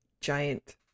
giant